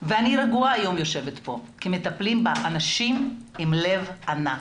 ואני יושבת כאן רגועה כי מטפלים בה אנשים עם לב ענק.